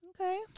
Okay